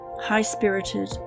high-spirited